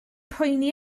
poeni